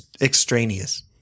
extraneous